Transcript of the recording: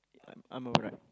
I I'm alright